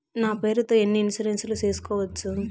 నా పేరుతో ఎన్ని ఇన్సూరెన్సులు సేసుకోవచ్చు?